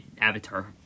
Avatar